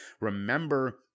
Remember